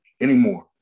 anymore